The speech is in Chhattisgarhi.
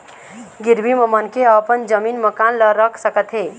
गिरवी म मनखे ह अपन जमीन, मकान ल रख सकत हे